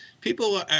people